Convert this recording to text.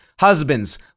Husbands